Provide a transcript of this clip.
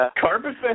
Carbon